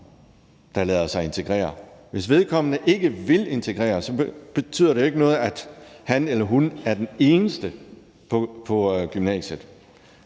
der lader sig integrere. Hvis vedkommende ikke vil integreres, betyder det ikke noget, at han eller hun er den eneste på gymnasiet.